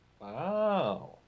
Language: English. Wow